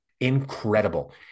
incredible